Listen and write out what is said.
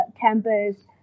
campus